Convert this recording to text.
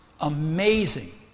amazing